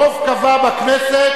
הרוב קבע בכנסת,